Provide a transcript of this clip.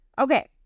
okay